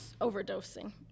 overdosing